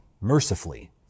mercifully